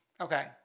Okay